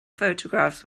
photographs